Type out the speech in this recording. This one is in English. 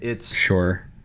Sure